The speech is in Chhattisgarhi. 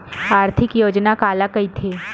आर्थिक योजना काला कइथे?